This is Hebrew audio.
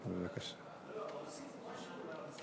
הוסיפו משהו.